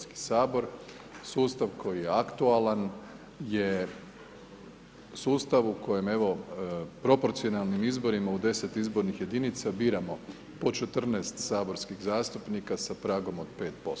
Sustav koji je aktualan je sustav u kojem evo, proporcionalnim izborima u 10 izbornih jedinica biramo po 14 saborskih zastupnika sa pragom od 5%